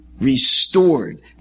restored